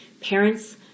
parents